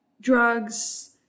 drugs